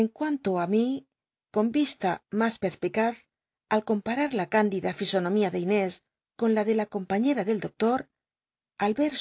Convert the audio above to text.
en cuanto i mí con vista mas petspic az al comparar la c indida fisonomía de inés con la dr la compañcta del doctor al rer